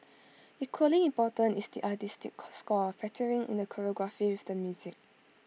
equally important is the artistic score factoring in the choreography with the music